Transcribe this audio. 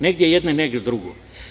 Negde je jedno, negde drugo.